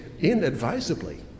inadvisably